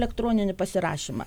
elektroninį pasirašymą